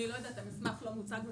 אני לא יודעת, המסמך לא מוצג לפניי.